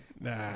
Nah